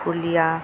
Phulia